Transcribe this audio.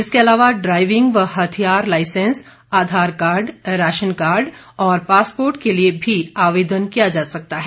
इसके अलावा ड्राईविंग व हथियार लाईसेंस आधारकार्ड राशनकार्ड और पासपोर्ट के लिए भी आवेदन किया जा सकता है